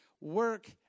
Work